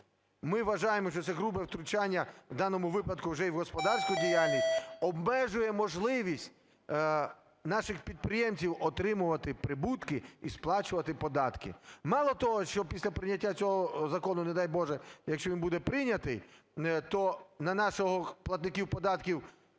Ми вважаємо, що це грубе втручання в даному випадку вже й в господарську діяльність, обмежує можливість наших підприємців отримувати прибутки і сплачувати податки. Мало того, що після прийняття цього закону, не дай Боже, якщо він буде прийнятий, то на наших платників податків